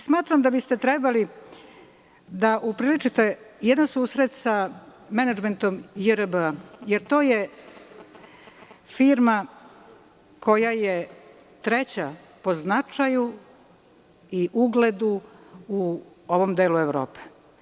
Smatram da biste trebali da upriličite jedan susret sa menadžmentom JRB, jer to je firma koja je treća po značaju i ugledu u ovom delu Evrope.